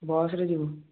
ବସରେ ଯିବୁ